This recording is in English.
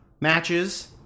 matches